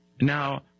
Now